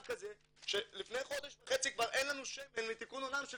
כזה שלפני חודש וחצי כבר אין לנו שמן מתיקון עולם של